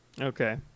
Okay